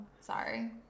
sorry